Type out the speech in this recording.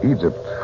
Egypt